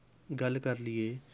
ਗੱਲ ਕਰ ਲੀਏ